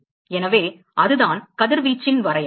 எனவே அதுதான் கதிர்வீச்சின் வரையறை